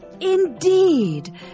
Indeed